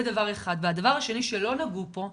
דבר שני שלא נגעו בו כאן,